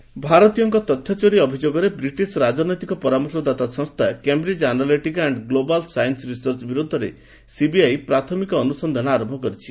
CBI Cambridge ଭାରତୀୟଙ୍କ ତଥ୍ୟ ଚୋରି ଅଭିଯୋଗରେ ବ୍ରିଟିଶ୍ ରାଜନୈତିକ ପରାମର୍ଶଦାତା ସଂସ୍ଥା Cambridge Analytica and global science research ବିରୋଧରେ ସିବିଆଇ ପ୍ରାଥମିକ ଅନ୍ତସନ୍ଧାନ ଆରମ୍ଭ କରିଛି